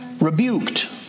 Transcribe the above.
rebuked